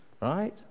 Right